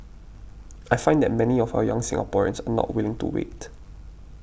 I find that many of our young Singaporeans are not willing to wait